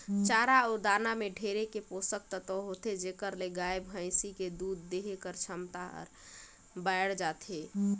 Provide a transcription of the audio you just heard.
चारा अउ दाना में ढेरे के पोसक तत्व होथे जेखर ले गाय, भइसी के दूद देहे कर छमता हर बायड़ जाथे